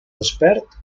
despert